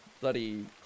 bloody